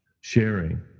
sharing